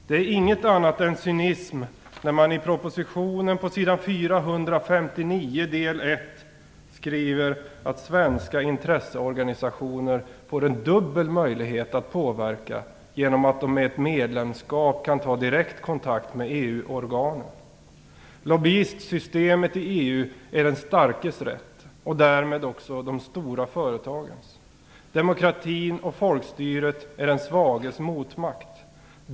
Det är inget annat än cynism när man i propositionen på s. 459 i del 1 skriver att svenska intresseorganisationer får en dubbel möjlighet att påverka genom att de vid ett medlemskap kan ta direkt kontakt med EU-organen. Lobbyistsystemet är den starkes rätt och därmed också de stora företagens. Demokratin och folkstyret är den svages motmakt.